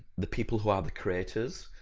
the people who are the creators,